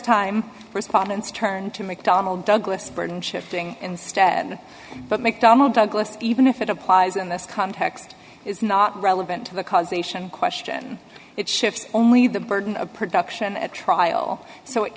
time respondents turned to mcdonnell douglas burton shifting instead but mcdonnell douglas even if it applies in this context is not relevant to the causation question it shifts only the burden of production at trial so it